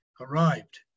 arrived